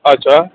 अच्छा